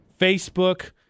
Facebook